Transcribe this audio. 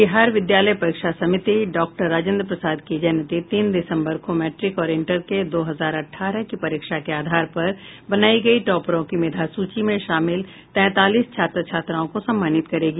बिहार विद्यालय परीक्षा समिति डॉक्टर राजेंद्र प्रसाद की जयंती तीन दिसम्बर को मैट्रिक और इंटर के दो हजार अठारह की परीक्षा के आधार पर बनायी गयी टॉपरों की मेधासूची में शामिल तैंतालीस छात्र छात्राओं को सम्मानित करेगी